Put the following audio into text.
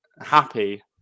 happy